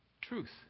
truth